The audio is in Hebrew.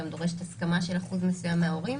היא גם דורשת הסכמה של אחוז מסוים מההורים,